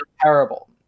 terrible